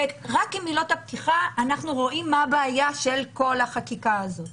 ממילות הפתיחה אנחנו רואים מה הבעיה של כל החקיקה הזאת.